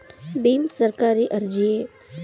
ಭೀಮ್ ಸರ್ಕಾರಿ ಅರ್ಜಿಯೇ?